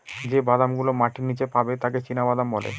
যে বাদাম গুলো মাটির নীচে পাবে তাকে চীনাবাদাম বলে